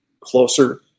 closer